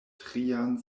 trian